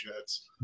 Jets